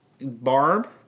Barb